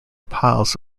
piles